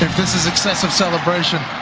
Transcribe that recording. this is excessive celebration